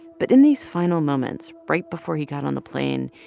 but in these final moments, right before he got on the plane,